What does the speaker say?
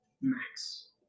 Max